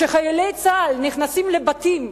כשחיילי צה"ל נכנסים לבתים,